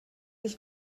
ich